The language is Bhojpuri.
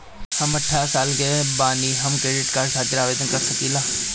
हम अठारह साल के बानी हम क्रेडिट कार्ड खातिर आवेदन कर सकीला?